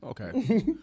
Okay